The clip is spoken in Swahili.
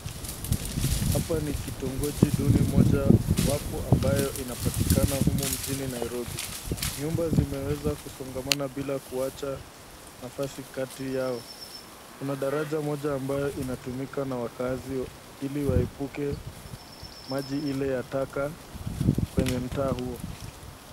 Hapa ni kitongoji duni mojawapo ambayo inapatikana humu mjini Nairobi. Nyumba zimeweza kusongamana bila kuacha nafasi kati yao. Kuna daraja moja ambayo inatumika na wakaazi ili waepuke maji ile ya taka kwenye mtaa huo.